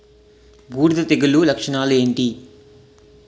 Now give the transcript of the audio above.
బూడిద తెగుల లక్షణాలు ఏంటి?